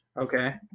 Okay